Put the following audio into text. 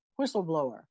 whistleblower